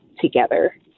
together